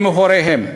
עם הוריהם.